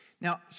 Now